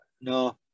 no